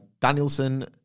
Danielson